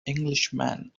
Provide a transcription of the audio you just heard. englishman